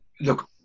look